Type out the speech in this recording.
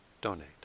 donate